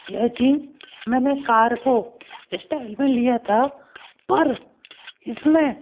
यह जीन्स मैंने cargo style में लिया था पर इसमें